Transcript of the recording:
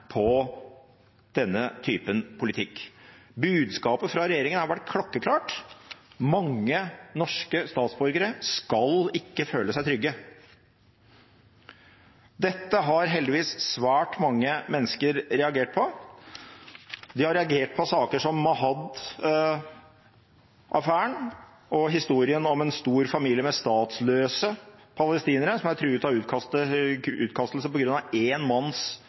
på denne typen politikk. Budskapet fra regjeringen har vært klokkeklart: Mange norske statsborgere skal ikke føle seg trygge. Dette har heldigvis svært mange mennesker reagert på. De har reagert på saker som Mahad-affæren og historien om en stor familie med statsløse palestinere som er truet av utkastelse pga. én manns